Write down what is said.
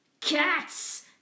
Cats